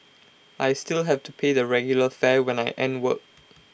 I still have to pay the regular fare when I end work